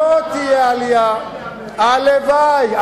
הלוואי.